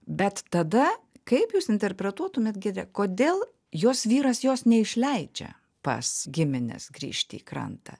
bet tada kaip jūs interpretuotumėt giedre kodėl jos vyras jos neišleidžia pas gimines grįžti į krantą